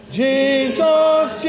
jesus